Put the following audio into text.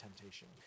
temptation